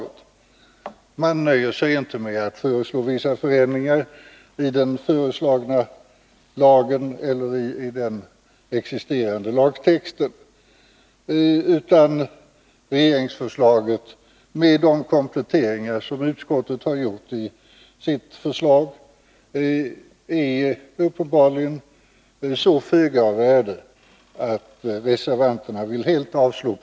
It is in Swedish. Reservanterna nöjer sig inte med att föreslå vissa förändringar i den nu föreslagna lagen eller i den existerande lagtexten utan anser uppenbarligen att regeringsförslaget med de kompletteringar som utskottet har gjort i sitt förslag är av så föga värde att propositionen helt bör avslås.